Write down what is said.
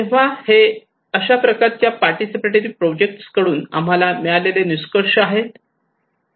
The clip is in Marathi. तेव्हा हे अशा प्रकारच्या पार्टिसिपेटरी प्रोजेक्ट कडून आम्हाला मिळालेले निष्कर्ष आहेत